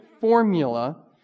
formula